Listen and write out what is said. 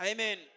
Amen